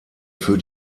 für